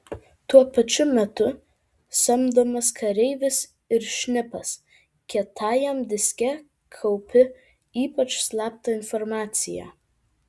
tuo pačiu metu samdomas kareivis ir šnipas kietajam diske kaupi ypač slaptą informaciją